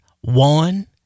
one